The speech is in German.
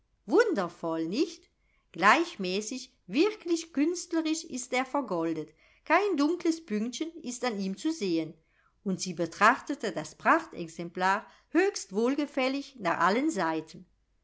wundervoll nicht gleichmäßig wirklich künstlerisch ist er vergoldet kein dunkles pünktchen ist an ihm zu sehen und sie betrachtete das prachtexemplar höchst wohlgefällig nach allen seiten